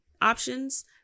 options